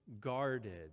guarded